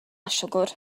siwgr